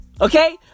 Okay